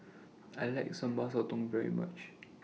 I like Sambal Sotong very much